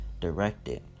Directed